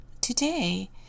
Today